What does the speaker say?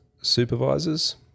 Supervisors